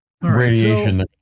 radiation